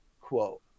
quote